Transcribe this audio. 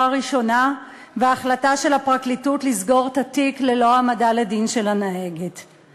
הראשונה ועל ההחלטה של הפרקליטות לסגור את התיק ללא העמדת הנהגת לדין.